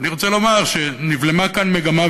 אני רוצה לומר שנבלמה כאן מגמה,